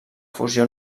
fusió